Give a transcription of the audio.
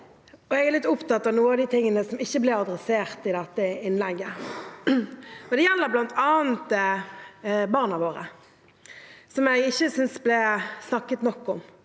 Jeg er litt opptatt av noen av de tingene som ikke ble tatt opp i dette innlegget. Det gjelder bl.a. barna våre, som jeg ikke synes det ble snakket nok om,